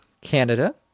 Canada